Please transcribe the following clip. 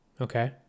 Okay